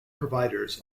providers